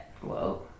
whoa